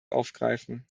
aufgreifen